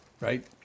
Right